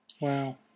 Wow